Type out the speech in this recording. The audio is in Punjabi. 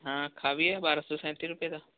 ਹਾਂ ਖਾ ਵੀ ਆਏ ਬਾਰਾਂ ਸੋ ਸੈਂਤੀ ਰੁਪਏ ਦਾ